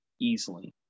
easily